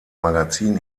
magazin